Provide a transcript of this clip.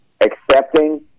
accepting